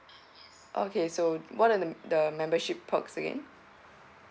okay so what are the the membership perks again